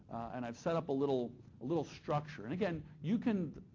and i've set up a little little structure, and again, you can,